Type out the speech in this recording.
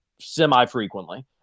semi-frequently